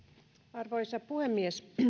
arvoisa puhemies